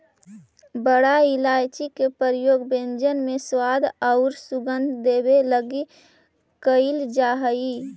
बड़ा इलायची के प्रयोग व्यंजन में स्वाद औउर सुगंध देवे लगी कैइल जा हई